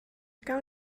gawn